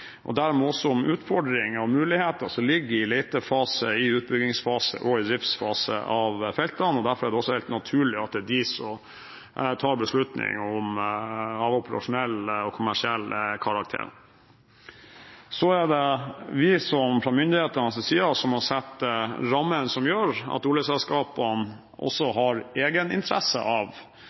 og dermed også om utfordringer og muligheter som ligger i letefasen, utbyggingsfasen og driftsfasen av feltene. Derfor er det også helt naturlig at det er de som tar beslutninger av operasjonell og kommersiell karakter. Så er det vi fra myndighetenes side som må sette rammer som gjør at oljeselskapene også har egeninteresse av